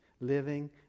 living